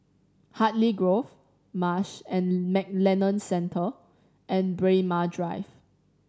Hartley Grove Marsh and McLennan Centre and Braemar Drive